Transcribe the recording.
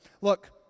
Look